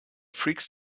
freaks